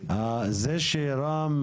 זה שרם,